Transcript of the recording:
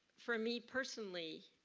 for me, personally,